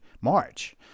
March